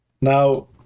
Now